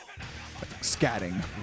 scatting